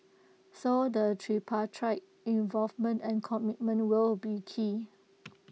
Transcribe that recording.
so the tripartite involvement and commitment will be key